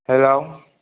hello